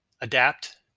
Adapt